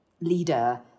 leader